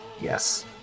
Yes